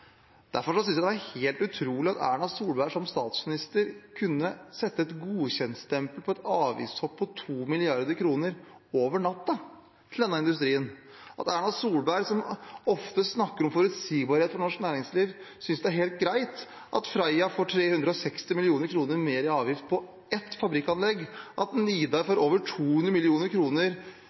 Derfor synes jeg det var helt utrolig at Erna Solberg som statsminister kunne sette et godkjentstempel på et avgiftshopp på 2 mrd. kr – over natta – til denne industrien, at Erna Solberg, som ofte snakker om forutsigbarhet for norsk næringsliv, synes det er helt greit at Freia får 360 mill. kr mer i avgift på ett fabrikkanlegg, at Nidar får over 200